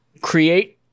create